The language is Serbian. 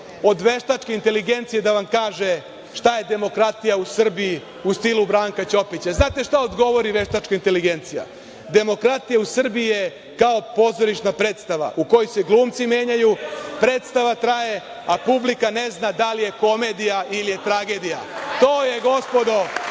od veštačke inteligencije da vam kaže šta je demokratija u Srbiji u stilu Branka Ćopića, da li znate šta odgovori veštačka inteligencija - demokratija u Srbiji je kao pozorišna predstava u kojoj se glumci menjaju, predstava traje, a publika ne zna da li je komedija ili je tragedija. To je, gospodo,